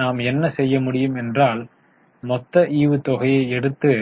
எனவே நாம் என்ன செய்ய முடியும் என்றால் மொத்த ஈவுத்தொகையை எடுத்து